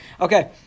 Okay